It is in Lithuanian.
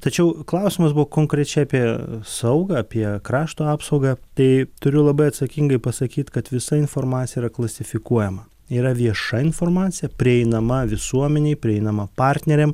tačiau klausimas buvo konkrečiai apie saugą apie krašto apsaugą tai turiu labai atsakingai pasakyt kad visa informacija yra klasifikuojama yra vieša informacija prieinama visuomenei prieinama partneriam